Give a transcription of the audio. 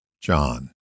John